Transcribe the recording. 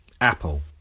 Apple